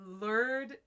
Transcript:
lured